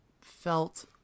felt